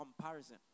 Comparison